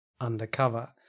undercover